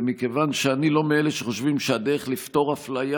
ומכיוון שאני לא מאלה שחושבים שהדרך לפתור אפליה